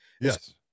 Yes